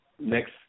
Next